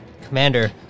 Commander